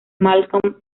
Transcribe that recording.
malcolm